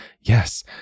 yes